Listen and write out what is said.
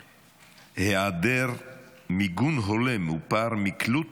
היעדר מיגון הולם ופער מקלוט